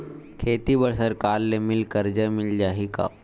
खेती बर सरकार ले मिल कर्जा मिल जाहि का?